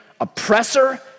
oppressor